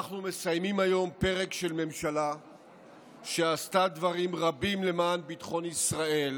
אנחנו מסיימים היום פרק של ממשלה שעשתה דברים רבים למען ביטחון ישראל,